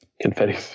confetti